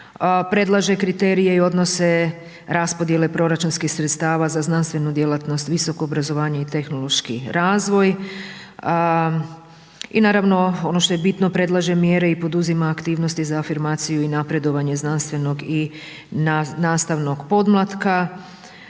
predlaže kriterije i odnose raspodjele proračunskih sredstava za znanstvenu djelatnost, visoko obrazovanje i tehnološki razvoj i naravno ono što je bitno predlaže mjere i poduzima aktivnosti za afirmaciju i napredovanje znanstvenog i nastavnog podmlatka,